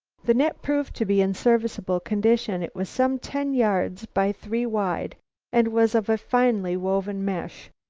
the net proved to be in serviceable condition. it was some ten yards by three wide and was of a finely woven mesh.